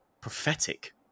prophetic